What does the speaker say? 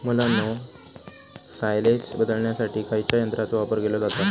मुलांनो सायलेज बदलण्यासाठी खयच्या यंत्राचो वापर केलो जाता?